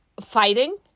fighting